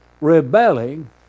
rebelling